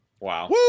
Wow